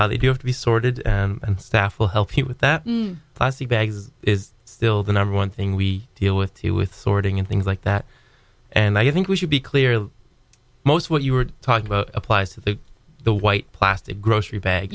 there they do have to be sorted and staff will help you with that plastic bags is still the number one thing we deal with too with sorting and things like that and i think we should be clear that most what you were talking about applies to the white plastic grocery bag